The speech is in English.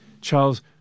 Charles